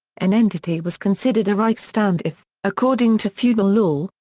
an entity was considered a reichsstand if, according to feudal law,